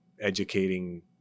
educating